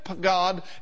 God